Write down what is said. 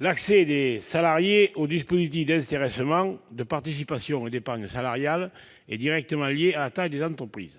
L'accès des salariés aux dispositifs d'intéressement, de participation et d'épargne salariale est directement lié à la taille des entreprises.